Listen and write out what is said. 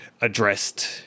addressed